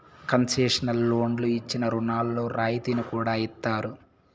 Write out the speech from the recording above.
concessional లోన్లు ఇచ్చిన రుణాల్లో రాయితీని కూడా ఇత్తారు